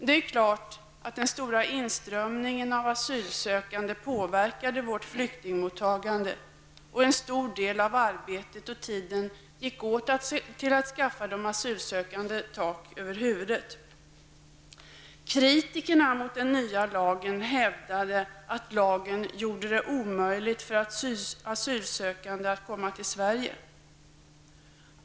Det är klart att den stora inströmningen av asylsökande påverkade vårt flyktingmottagande, och en stor del av arbetet och tiden gick åt att skaffa de asylsökande tak över huvudet. Kritikerna mot den nya lagen hävdade att lagen gjorde det omöjligt för asylsökande att komma till Sverige.